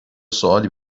سوالی